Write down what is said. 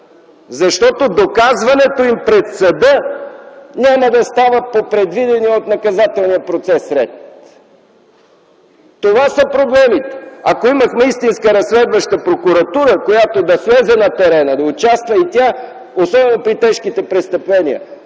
защото доказването им пред съда няма да става по предвидения от наказателния процес ред. Това са проблемите! Ако имахме истинска разследваща прокуратура, която да влезе на терена, да участва и тя, особено при тежките престъпления,